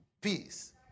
peace